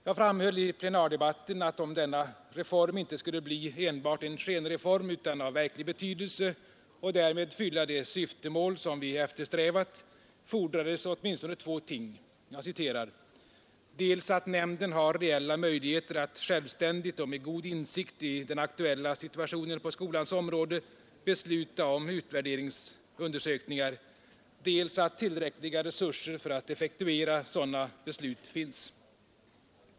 Jag framhöll i plenardebatten att om denna reform inte skulle bli enbart en skenreform utan av verklig betydelse och därmed fylla de syftemål som vi eftersträvat fordrades åtminstone två ting: ”dels att nämnden har reella möjligheter att självständigt och med god insikt i den aktuella situationen på skolans område besluta om utvärderingsundersökningar, dels att tillräckliga resurser för att effektuera sådana beslut finns”.